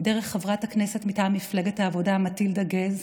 דרך חברת הכנסת מטעם מפלגת העבודה מטילדה גז,